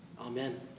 Amen